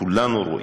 וכולנו רואים,